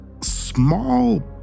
small